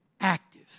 active